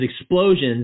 explosions